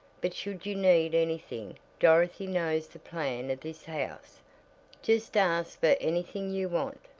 but should you need anything dorothy knows the plan of this house just ask for anything you want.